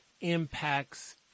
impacts